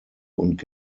und